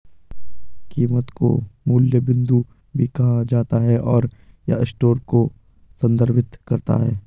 कीमत को मूल्य बिंदु भी कहा जाता है, और यह स्टोर को संदर्भित करता है